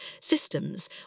systems